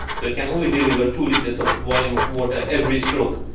so it can only deliver two litres of volume of water every stroke.